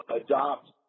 adopt